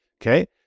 Okay